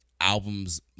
albums